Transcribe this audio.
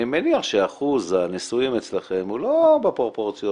אני מניח שאחוז הנשואים אצלכם הוא לא בפרופורציות